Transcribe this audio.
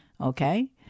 Okay